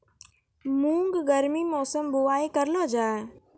मूंग गर्मी मौसम बुवाई करलो जा?